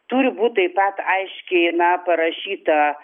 turi būt taip pat aiškiai na parašyta